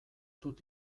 dut